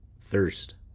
thirst